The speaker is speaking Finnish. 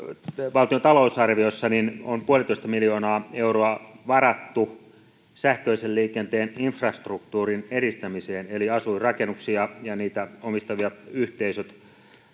valtion talousarviossa on yksi pilkku viisi miljoonaa euroa varattu sähköisen liikenteen infrastruktuurin edistämiseen eli asuinrakennuksiin ja ja niitä omistavat yhteisöt